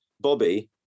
Bobby